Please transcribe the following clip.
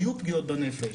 היו פגיעות בנפש.